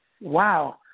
wow